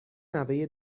نوه